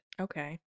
Okay